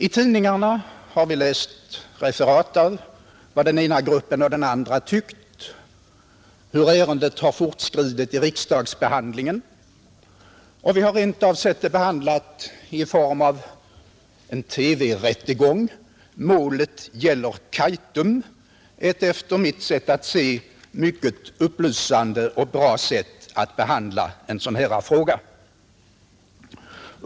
I tidningarna har vi läst referat av vad den ena gruppen och den andra tyckt och hur ärendet har fortskridit i riksdagsbehandlingen, och vi har rent av sett det behandlat i form av en TV-rättegång, ”Målet gäller Kaitum” — ett efter mitt sätt att se mycket upplysande och bra sätt att behandla en sådan här fråga.